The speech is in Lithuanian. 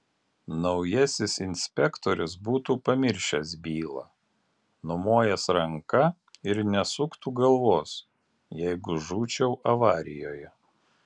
naujasis inspektorius būtų pamiršęs bylą numojęs ranka ir nesuktų galvos jeigu žūčiau avarijoje